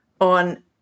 on